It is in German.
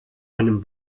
einem